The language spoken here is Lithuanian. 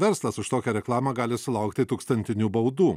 verslas už tokią reklamą gali sulaukti tūkstantinių baudų